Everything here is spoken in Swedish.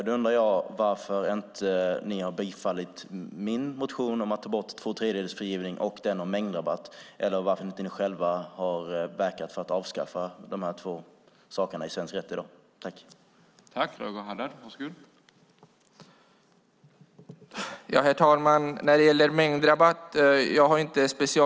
Då undrar jag varför ni inte har tillstyrkt min motion om att ta bort tvåtredjedelsfrigivningen och den om mängdrabatt eller varför ni själva inte har verkat för att avskaffa dessa två saker i svenskt rättsväsen i dag.